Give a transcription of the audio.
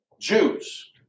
Jews